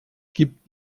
gibt